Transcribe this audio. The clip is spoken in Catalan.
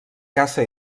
caça